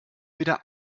wieder